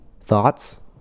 thoughts